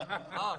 את